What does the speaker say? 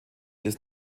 ist